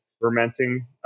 fermenting